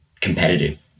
competitive